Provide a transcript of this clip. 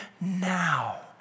now